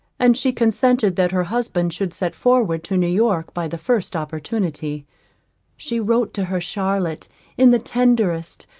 and she consented that her husband should set forward to new-york by the first opportunity she wrote to her charlotte in the tenderest,